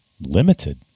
limited